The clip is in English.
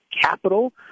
Capital